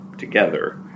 together